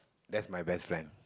that's my best friend